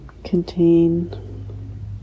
contain